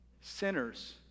sinners